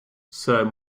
sir